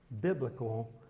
biblical